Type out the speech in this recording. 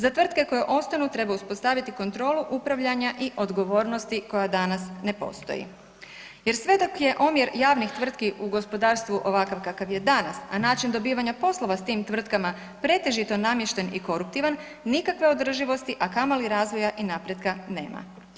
Za tvrtke koje ostanu treba uspostaviti kontrolu upravljanja i odgovornosti koja danas ne postoji jer sve dok je omjer javnih tvrtki u gospodarstvu ovakav kakav je danas, a način dobivanja poslova s tim tvrtkama pretežito namješten i koruptivan, nikakve održivosti, a kamoli razvoja i napretka nema.